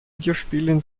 videospielen